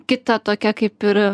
kita tokia kaip ir